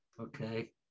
okay